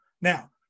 Now